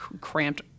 cramped